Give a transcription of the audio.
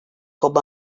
com